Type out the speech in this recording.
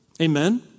Amen